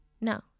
No